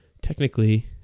technically